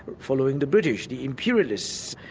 following the british, the imperialists,